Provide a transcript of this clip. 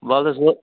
ولہٕ حظ وۄنۍ